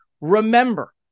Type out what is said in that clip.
Remember